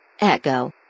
Echo